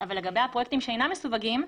אבל לגבי הפרויקטים שאינם מסווגים,